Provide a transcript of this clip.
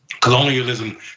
Colonialism